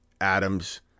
Adams